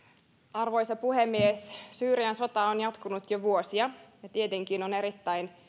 arvoisa puhemies syyrian sota on jatkunut jo vuosia ja tietenkin on erittäin